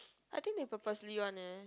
I think they purposely one leh